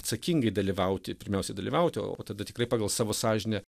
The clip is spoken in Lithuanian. atsakingai dalyvauti pirmiausia dalyvauti o tada tikrai pagal savo sąžinę